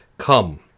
Come